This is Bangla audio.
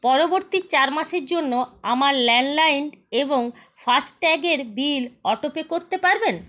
পরবর্তী চার মাসের জন্য আমার ল্যান্ডলাইন এবং ফাস্ট্যাগের বিল অটোপে করতে পারবেন